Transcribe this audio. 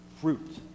fruit